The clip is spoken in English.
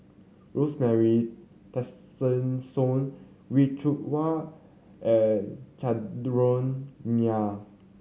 Rosemary Tessensohn Wee Cho Waw and Chandran Nair